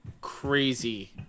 crazy